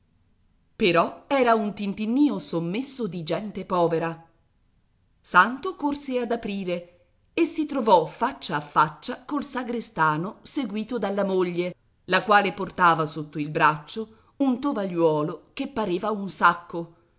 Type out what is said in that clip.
però era un tintinnìo sommesso di gente povera santo corse ad aprire e si trovò faccia a faccia col sagrestano seguito dalla moglie la quale portava sotto il braccio un tovagliuolo che pareva un sacco